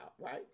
right